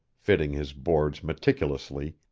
fitting his boards meticulously,